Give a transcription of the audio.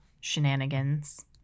shenanigans